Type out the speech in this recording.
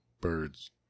birds